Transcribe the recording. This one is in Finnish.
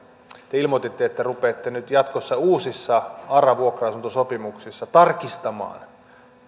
te ilmoititte että te rupeatte nyt jatkossa uusissa ara vuokra asuntosopimuksissa tarkistamaan